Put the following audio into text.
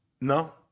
No